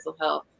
health